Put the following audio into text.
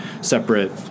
separate